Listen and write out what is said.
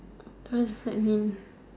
just let me